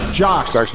jocks